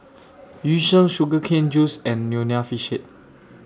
Yu Sheng Sugar Cane Juice and Nonya Fish Head